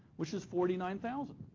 which is forty nine thousand.